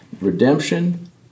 Redemption